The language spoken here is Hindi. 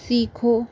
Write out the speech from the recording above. सीखो